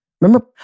Remember